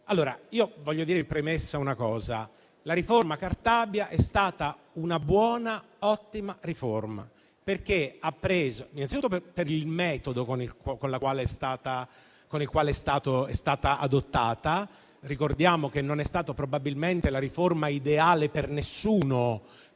di reato. Voglio dire in premessa che la riforma Cartabia è stata un'ottima riforma, innanzi tutto per il metodo con il quale è stata adottata. Ricordiamo che non è stata probabilmente la riforma ideale per nessuno,